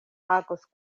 agos